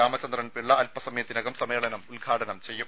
രാമചന്ദ്രൻ പിള്ള അൽപ്പസമയത്തിനകം സമ്മേളനം ഉദ്ഘാടനം ചെയ്യും